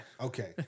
Okay